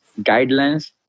guidelines